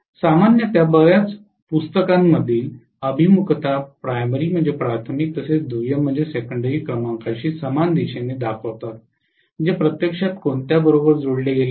सामान्यत बर्याच पुस्तकांमधील अभिमुखता प्राथमिक तसेच दुय्यम क्रमांकाशी समान दिशेने दाखवतात जे प्रत्यक्षात कोणत्या बरोबर जोडले गेले आहेत